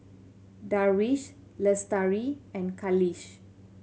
Darwish Lestari and Khalish